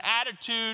attitude